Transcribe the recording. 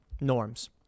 norms